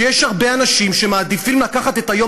שיש הרבה אנשים שמעדיפים לקחת את היום